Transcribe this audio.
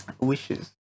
wishes